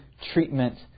treatment